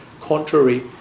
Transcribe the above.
contrary